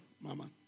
mama